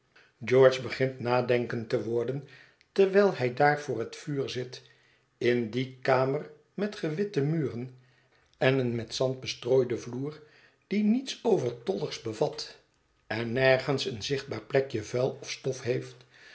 george begint nadenkend te worden terwijl hij daar voor het vuur zit in die kamer met gewitte muren en een met zand bestrooiden vloer die niets overtolligs bevat en nergens een zichtbaar plekje vuil of stof heeft